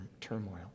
turmoil